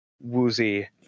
woozy